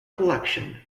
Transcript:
collection